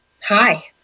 Hi